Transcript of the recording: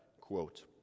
quote